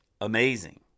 amazing